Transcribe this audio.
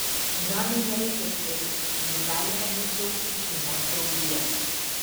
žanai nereikia slėptis ir ji gali ramiai džiaugtis šeimos draugija